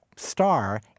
Star